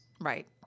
Right